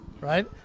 right